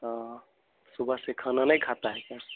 हाँ सुबह से खाना नहीं खाता है क्या